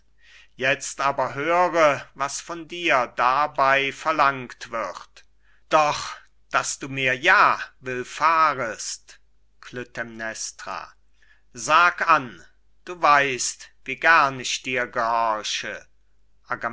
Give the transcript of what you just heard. jetzt aber höre was von dir dabei verlangt wird doch daß du mir ja willfahrest klytämnestra sag an du weißt wie gern ich dir